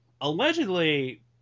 allegedly